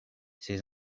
ces